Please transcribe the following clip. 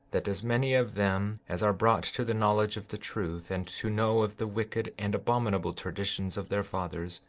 that as many of them as are brought to the knowledge of the truth, and to know of the wicked and abominable traditions of their fathers,